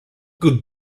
good